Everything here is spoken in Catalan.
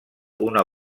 una